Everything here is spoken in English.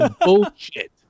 bullshit